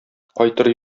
кайтыр